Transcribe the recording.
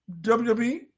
WWE